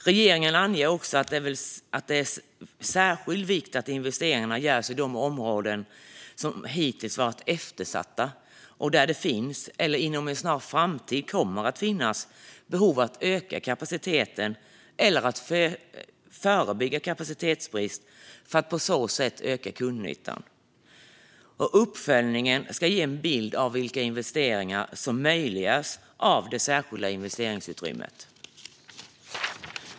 Regeringen anger också att det är av särskild vikt att investeringarna görs i de områden som hittills varit eftersatta och där det finns eller inom en snar framtid kommer att finnas behov av att öka kapaciteten eller att förebygga kapacitetsbrist för att på så sätt öka kundnyttan. Uppföljningen ska ge en bild av vilka investeringar som möjliggörs av det särskilda investeringsutrymmet.